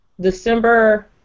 December